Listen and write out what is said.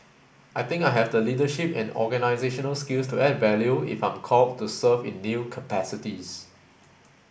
I think I have the leadership and organisational skills to add value if I'm called to serve in new capacities